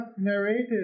narrated